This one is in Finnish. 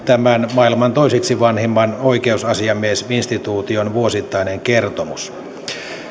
tämän maailman toiseksi vanhimman oikeusasiamiesinstituution vuosittainen kertomus